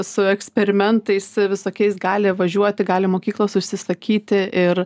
su eksperimentais visokiais gali važiuoti gali mokyklos užsisakyti ir